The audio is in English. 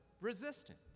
resistant